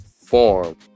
Form